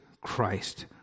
Christ